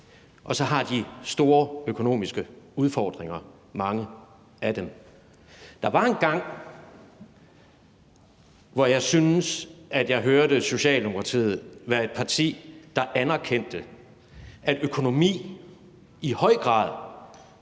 mange af dem store økonomiske udfordringer. Der var engang, hvor jeg syntes, at jeg hørte Socialdemokratiet være et parti, der anerkendte, at økonomi i høj grad